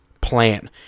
plan